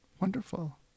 Wonderful